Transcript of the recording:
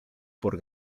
por